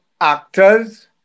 actors